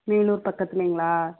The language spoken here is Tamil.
மேலூர் பக்கத்துலேங்களா